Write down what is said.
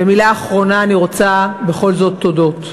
ומילה אחרונה, אני רוצה, בכל זאת, תודות: